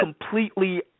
completely